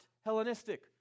Hellenistic